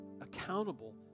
accountable